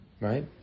Right